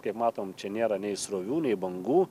kaip matom čia nėra nei srovių nei bangų